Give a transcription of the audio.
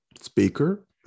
speaker